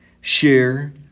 share